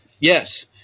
Yes